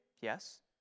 Yes